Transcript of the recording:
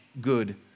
good